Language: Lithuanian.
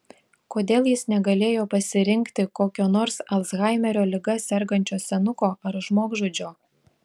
kodėl jis negalėjo pasirinkti kokio nors alzhaimerio liga sergančio senuko ar žmogžudžio